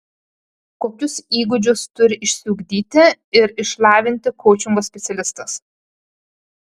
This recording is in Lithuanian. kokius įgūdžius turi išsiugdyti ir išlavinti koučingo specialistas